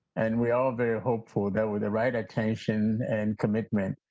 and we are very hopeful that with the right attention and commitment,